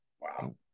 Wow